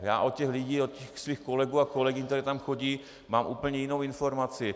Já od těch lidí, od svých kolegů a kolegyň, kteří tam chodí, mám úplně jinou informaci.